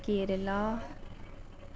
Kerala